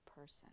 person